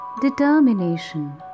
determination